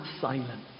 silent